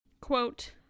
quote